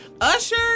Usher